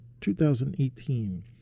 2018